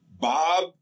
Bob